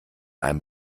einem